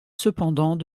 cependant